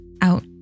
out